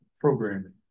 programming